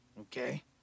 Okay